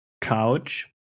couch